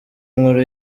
inkuru